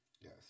Yes